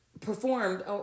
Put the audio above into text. performed